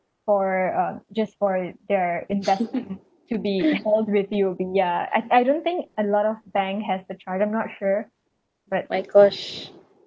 for uh just for their investment to be hold with you ya I I don't think a lot of bank has the charges I'm not sure but